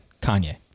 Kanye